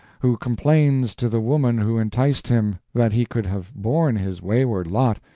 who complains to the woman who enticed him that he could have borne his wayward lot,